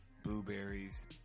blueberries